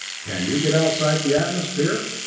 can you get outside the atmosphere?